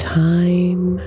time